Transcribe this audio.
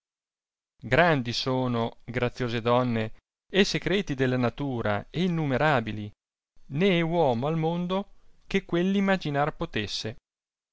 grandi sono graziose donne e secreti della natura e innumei'abili né è uomo al mondo che quelli imaginar potesse